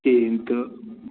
کِہیٖنٛۍ تہٕ